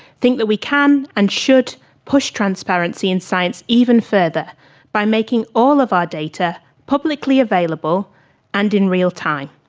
think that we can and should, push transparency in science even further by making all of our data publicly available and in real time.